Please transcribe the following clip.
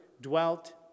dwelt